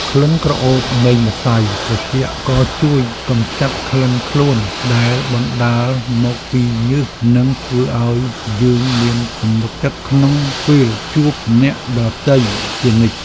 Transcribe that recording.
ក្លិនក្រអូបនៃម្សៅត្រជាក់ក៏ជួយកម្ចាត់ក្លិនខ្លួនដែលបណ្ដាលមកពីញើសនិងធ្វើឱ្យយើងមានទំនុកចិត្តក្នុងពេលជួបអ្នកដទៃជានិច្ច។